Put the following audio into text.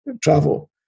travel